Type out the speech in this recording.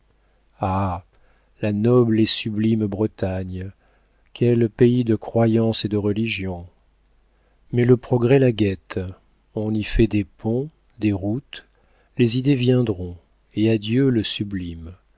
la noble et sublime bretagne quel pays de croyance et de religion mais le progrès la guette on y fait des ponts des routes les idées viendront et adieu le sublime